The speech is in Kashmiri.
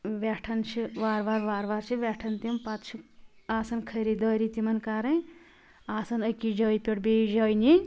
ویٚٹھان چھِ وارٕ وار وارٕ وار چھِ ویٚٹھان تِم پتہٕ چھِ آسان خریٖدٲری تِمن کٔرنۍ آسان اکِس جٲے پٮ۪ٹھ بیِٚیِس جٲے نِنۍ